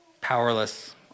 powerless